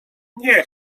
nie